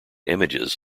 images